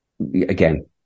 again